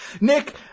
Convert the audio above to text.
Nick